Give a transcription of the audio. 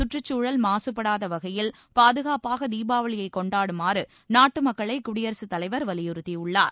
சுற்றுச்சூழல் மாசுபடாத வகையில் பாதுகாப்பாக தீபாவளியை கொண்டாடுமாறு நாட்டு மக்களை குடியரசுத் தலைவர் வலியுறுத்தியுள்ளார்